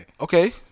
Okay